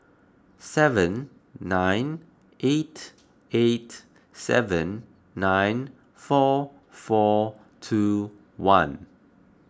seven nine eight eight seven nine four four two one